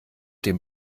dem